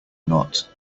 not